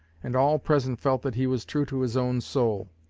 and all present felt that he was true to his own soul.